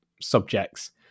subjects